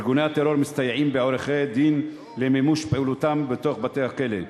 ארגוני הטרור מסתייעים בעורכי-דין למימוש פעילותם בתוך בתי-הכלא,